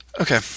Okay